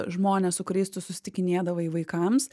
žmones su kuriais tu susitikinėdavai vaikams